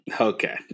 Okay